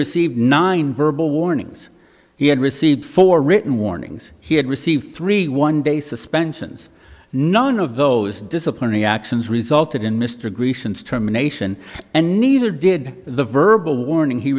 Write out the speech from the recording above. received nine verbal warnings he had received four written warnings he had received three one day suspensions none of those disciplinary actions resulted in mr grecians terminations and neither did the verbal warning he